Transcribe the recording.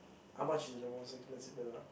how much is the most expensive villa